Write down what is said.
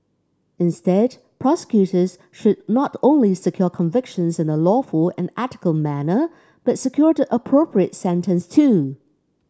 instead prosecutors should not only secure convictions in a lawful and ethical manner but secure the appropriate sentence too